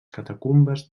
catacumbes